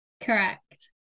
Correct